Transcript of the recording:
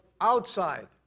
outside